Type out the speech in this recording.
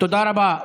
תודה רבה.